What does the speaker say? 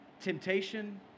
temptation